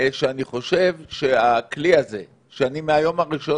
שאני חושב שהכלי הזה שאני מהיום הראשון